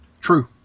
True